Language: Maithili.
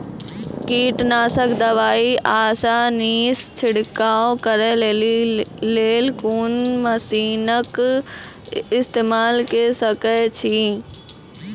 कीटनासक दवाई आसानीसॅ छिड़काव करै लेली लेल कून मसीनऽक इस्तेमाल के सकै छी?